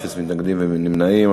אפס מתנגדים ואפס נמנעים,